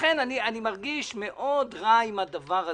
לכן אני מרגיש מאוד רע עם הדבר הזה.